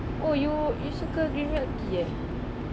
oh you you suka green milk tea eh